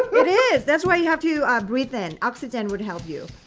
it is. that's why you have to ah breathe in oxygen will help you.